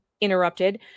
interrupted